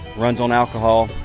runs on alcohol,